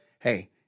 hey